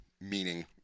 meaning